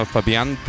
Fabian